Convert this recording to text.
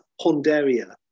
Ponderia